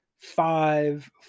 five